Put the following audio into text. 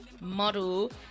model